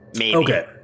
Okay